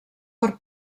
per